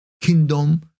kingdom